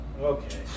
Okay